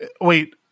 wait